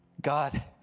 God